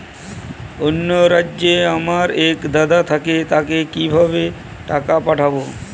অন্য রাজ্যে আমার এক দাদা থাকে তাকে কিভাবে টাকা পাঠাবো?